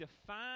define